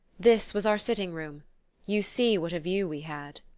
this was our sitting-room you see what a view we had.